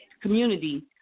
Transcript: community